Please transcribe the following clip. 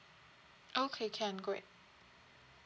okay can great